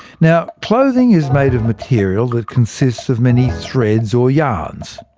now, clothing is made of material that consists of many threads or yarns.